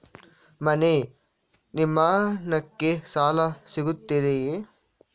ಮನೆ ನಿರ್ಮಾಣಕ್ಕೆ ಸಾಲ ಸಿಗುತ್ತದೆಯೇ?